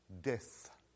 death